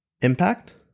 impact